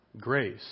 grace